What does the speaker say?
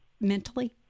mentally